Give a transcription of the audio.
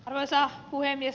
arvoisa puhemies